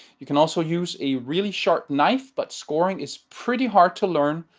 you can also use a really sharp knife but scoring is pretty hard to learn,